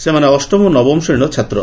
ସେମାନେ ଅଷ୍ଟମ ଓ ନବମ ଶ୍ରେଶୀର ଛାତ୍ର